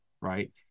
right